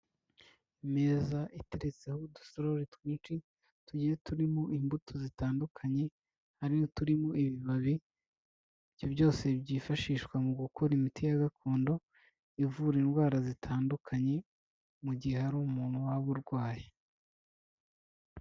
Imeza iteretseho udusorori twinshi tugiye turimo imbuto zitandukanye hari uturimo ibibabi, ibyo byose byifashishwa mu gukora imiti ya gakondo ivura indwara zitandukanye mu gihe hari umuntu waba urwaye.